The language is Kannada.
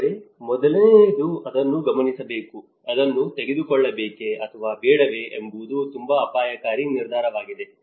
ಆದರೆ ಮೊದಲನೆಯದು ಅದನ್ನು ಗಮನಿಸಬೇಕು ಅದನ್ನು ತೆಗೆದುಕೊಳ್ಳಬೇಕೆ ಅಥವಾ ಬೇಡವೇ ಎಂಬುದು ತುಂಬಾ ಅಪಾಯಕಾರಿ ನಿರ್ಧಾರವಾಗಿದೆ